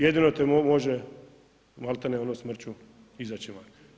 Jedino te može malti ne ono smrću izaći van.